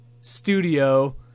studio